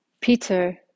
Peter